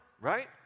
Right